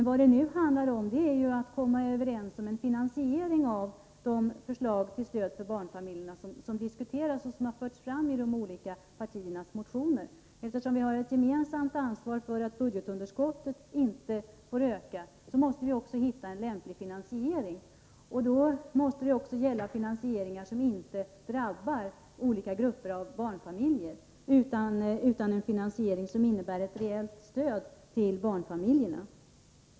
Vad det nu handlar om är att komma överens om former för finansiering av de förslag till stöd för barnfamiljerna som diskuteras och som förts fram i partiernas motioner. Eftersom vi har ett gemensamt ansvar för att budgetunderskottet inte får öka, måste vi också hitta lämpliga finansieringsformer. Det måste vara finansieringsformer som inte drabbar barnfamiljerna med försämringar i ena änden, utan som innebär ett reellt stöd till barnfamiljerna.